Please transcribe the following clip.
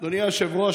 אדוני היושב-ראש,